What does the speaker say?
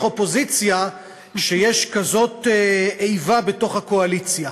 אופוזיציה כשיש כזאת איבה בתוך הקואליציה?